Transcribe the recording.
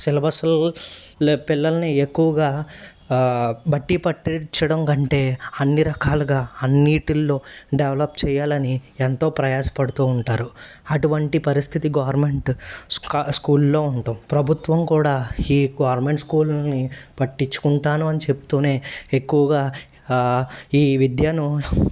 syllabus పిల్లల్ని ఎక్కువగా బట్టి పట్టించడం కంటే అన్ని రకాలుగా అన్నిటిల్లో డెవలప్ చేయాలని ఎంతో ప్రయాసపడుతూ ఉంటారు అటువంటి పరిస్థితి గవర్నమెంట్ స్కూల్లో ఉండవు ప్రభుత్వం కూడా ఈ గవర్నమెంట్ స్కూల్లని పట్టించుకుంటాను అని చెప్తూనే ఎక్కువగా ఈ విద్యను